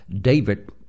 David